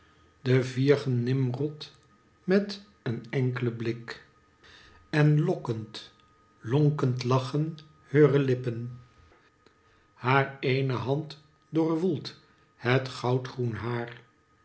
zwijmlend den viergen nimrod met een enklen blik en lokkend lonkend lachen heure lippen haar eene hand doorwoelt het